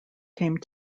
came